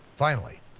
finally,